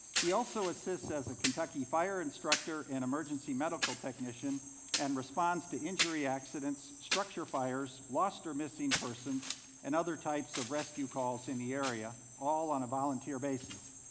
he also assists as a kentucky fire instructor and emergency medical technician and responds to injury accidents, structure fires, lost or missing persons and other types of rescue calls in the area, all on a volunteer basis.